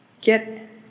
Get